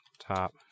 top